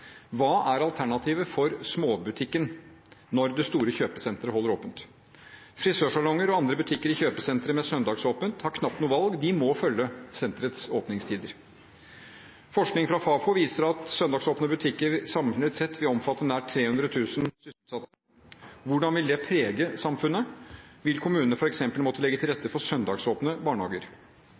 Hva er alternativet for småbutikken når det store kjøpesenteret holder åpent? Frisørsalonger og andre butikker i søndagsåpne kjøpesentre har knapt noe valg, de må følge senterets åpningstider. Forskning fra Fafo viser at søndagsåpne butikker samlet sett vil omfatte nær 300 000 sysselsatte. Hvordan vil det prege samfunnet? Vil kommunene f.eks. måtte legge til rette for søndagsåpne barnehager?